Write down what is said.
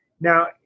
Now